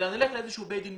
הם לא הכריזו על מצב